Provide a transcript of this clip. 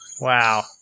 Wow